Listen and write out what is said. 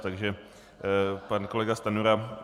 Takže pan kolega Stanjura...